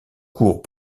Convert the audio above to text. cours